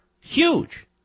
Huge